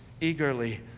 eagerly